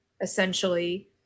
essentially